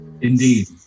Indeed